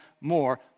more